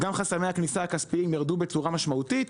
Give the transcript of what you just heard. גם חסמי הכניסה הכספיים ירדו בצורה משמעותית,